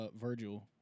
Virgil